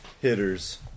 hitters